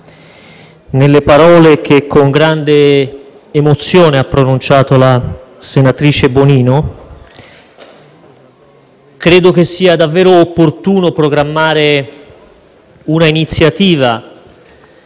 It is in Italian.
nelle parole che con grande emozione ha pronunciato la senatrice Bonino. Credo che sia davvero opportuno programmare un'iniziativa